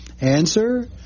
Answer